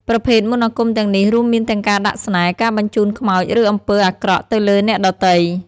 ប្រភេទមន្តអាគមទាំងនេះរួមមានទាំងការដាក់ស្នេហ៍ ការបញ្ជូនខ្មោចឬអំពើអាក្រក់ទៅលើអ្នកដទៃ។